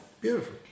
beautiful